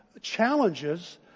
challenges